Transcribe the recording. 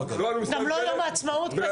גם לא יום העצמאות כזה.